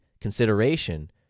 consideration